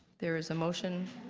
there is a motion.